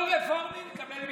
40 מיליון שקל,